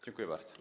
Dziękuję bardzo.